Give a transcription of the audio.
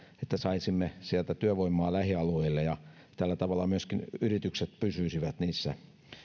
että saisimme sieltä työvoimaa lähialueille ja tällä tavalla myöskin yritykset pysyisivät niissä